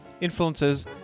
influences